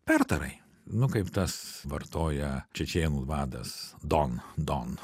pertarai nu kaip tas vartoja čečėnų vadas don don